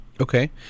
okay